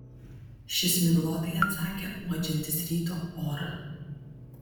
šis miglotai atsakė uodžiantis ryto orą